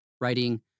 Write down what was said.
writing